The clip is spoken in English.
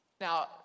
Now